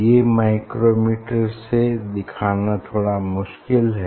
ये माइक्रोमीटर से दिखाना थोड़ा मुश्किल है